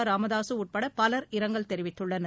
ராமதாசு உட்பட பலர் இரங்கல் தெரிவித்துள்ளனர்